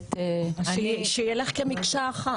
שבהחלט --- שיהיה לך כמקשה אחת,